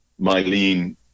Mylene